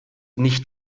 nicht